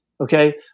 okay